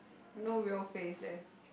no real face there